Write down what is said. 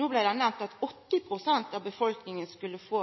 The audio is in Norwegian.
No blei det nemnt at 80 pst. av befolkninga skal få